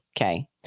Okay